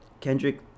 Kendrick